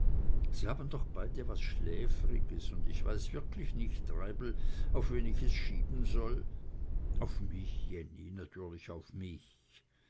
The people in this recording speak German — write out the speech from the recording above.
sie haben doch beide was schläfriges und ich weiß wirklich nicht treibel auf wen ich es schieben soll auf mich jenny natürlich auf mich